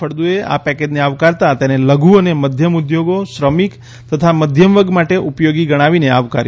ફળદુએ આ પેકેજને આવકારતા તેને લધુ અને મધ્યમ ઉદ્યોગો શ્રમિક તથા મધ્યમવર્ગ માટે ઉપયોગી ગણાવીને આવકાર્યું હતું